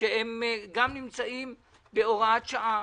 ויישובים אחרים, גם הם נמצאים בהוראת שעה.